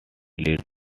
lead